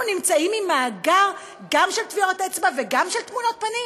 אנחנו נמצאים עם מאגר גם של טביעות אצבע וגם של תמונות פנים?